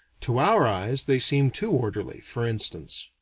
to our eyes they seem too orderly, for instance.